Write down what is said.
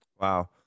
wow